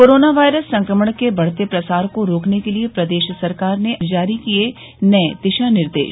corona virus संक्रमण के बढ़ते प्रसार को रोकने के लिए प्रदेश सरकार ने जारी किये नए दिशा निर्देश